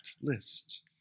list